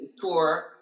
tour